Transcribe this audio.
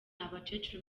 abakecuru